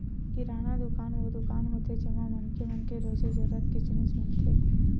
किराना दुकान वो दुकान होथे जेमा मनखे मन के रोजे जरूरत के जिनिस मिलथे